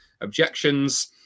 objections